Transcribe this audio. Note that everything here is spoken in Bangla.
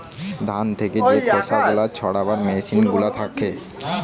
ধান থেকে যে খোসা গুলা ছাড়াবার মেসিন গুলা থাকে